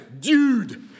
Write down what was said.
dude